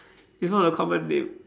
call my name